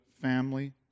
family